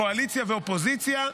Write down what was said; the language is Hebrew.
קואליציה ואופוזיציה.